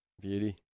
Beauty